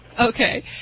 Okay